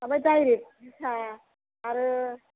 ओमफ्राय डाइरेक्ट बिथा आरो